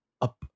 up